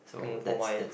mm for my